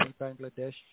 Bangladesh